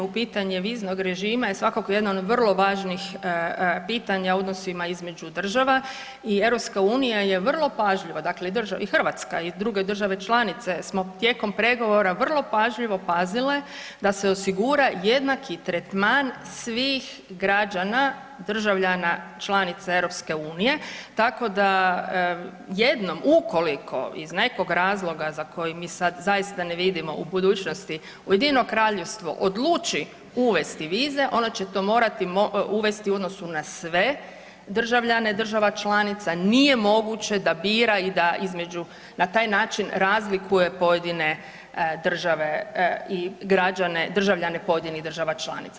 Pitanje viznog režima je svakako jedno od vrlo važnih pitanja u odnosima između država i EU je vrlo pažljivo, dakle i Hrvatska i druge države članice smo tijekom pregovora vrlo pažljivo pazile da se osigura jednaki tretman svih građana državljana članica EU, tako da jednom ukoliko iz nekog razloga za koji mi sad zaista ne vidimo u budućnosti UK odluči uvesti vize ona će to morati uvesti u odnosu na sve državljane država članica, nije moguće da bira i da između na taj način razlikuje pojedine države i građane, državljane pojedinih država članica.